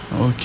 Ok